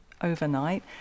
overnight